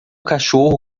cachorro